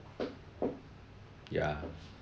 ya